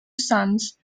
sons